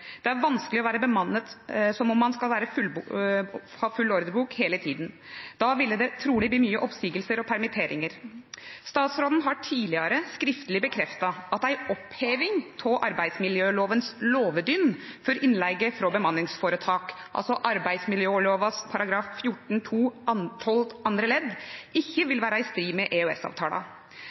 Det er vanskelig å være bemannet som om man skulle ha full ordrebok hele tiden. Da ville det trolig bli mye oppsigelser og permitteringer.» Statsråden har tidligere skriftlig bekreftet at en oppheving av arbeidsmiljølovens låvedør for innleie fra bemanningsforetak, altså arbeidsmiljøloven § 14-12 andre ledd, ikke vil være i strid med